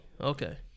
Okay